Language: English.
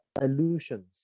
illusions